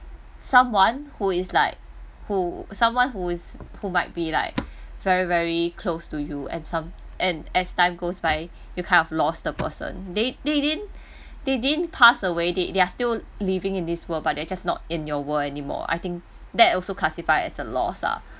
someone who is like who someone who is who might be like very very close to you and some and as time goes by you kind of lost the person they they didn't they didn't passed away they they are still living in this world but they're just not in your world anymore I think that also classified as a loss ah